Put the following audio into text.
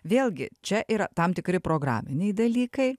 vėlgi čia yra tam tikri programiniai dalykai